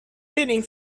feeling